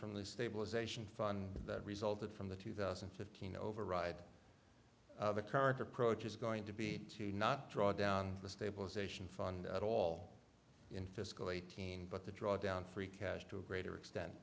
from the stabilization fund that resulted from the two thousand and fifteen override the current approach is going to be to not drawdown the stabilization fund at all in fiscal eighteen but the drawdown free cash to a greater extent